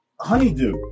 honeydew